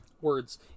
words